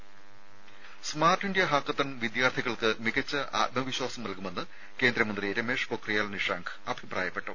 രെട smart India hackathon വിദ്യാർത്ഥികൾക്ക് മികച്ച ആത്മവിശ്വാസം നൽകുമെന്ന് കേന്ദ്രമന്ത്രി രമേഷ് പൊഖ്രിയാൽ നിഷാങ്ക് അഭിപ്രായപ്പെട്ടു